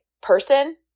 person